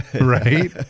right